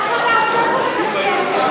מה שאתה עושה פה זה קשקשת.